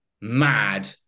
mad